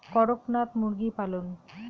করকনাথ মুরগি পালন?